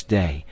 day